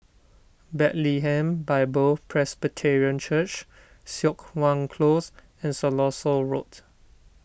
Bethlehem Bible Presbyterian Church Siok Wan Close and Siloso Road